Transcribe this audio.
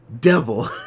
devil